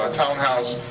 ah townhouse,